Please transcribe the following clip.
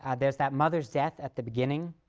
and there is that mother's death at the beginning.